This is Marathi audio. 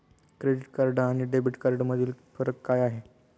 क्रेडिट कार्ड आणि डेबिट कार्डमधील फरक काय आहे?